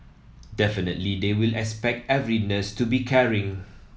definitely they will expect every nurse to be caring